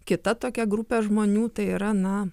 kita tokia grupė žmonių tai yra na